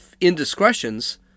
indiscretions